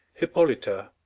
hippolyta,